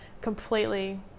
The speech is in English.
completely